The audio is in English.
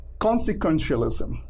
consequentialism